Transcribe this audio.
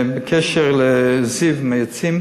בקשר לזיו, מאיצים,